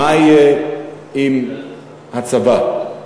מה יהיה עם הצבא?